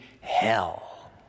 hell